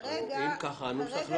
אם כך, הנוסח לא נכון.